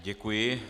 Děkuji.